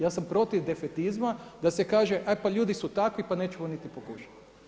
Ja sam protiv defektizma da se kaže e pa ljudi su takvi pa nećemo niti pokušat.